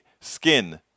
skin